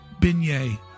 beignet